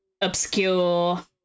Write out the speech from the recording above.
obscure